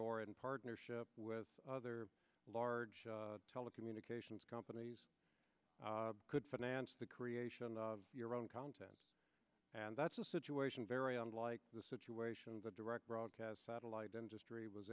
or in partnership with other large telecommunications companies could finance the creation of your own content and that's a situation very unlike the situation but direct broadcast satellite industry was